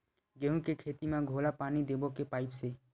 गेहूं के खेती म घोला पानी देबो के पाइप से?